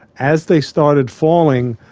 as they started falling,